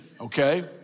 okay